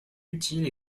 utile